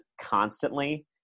constantly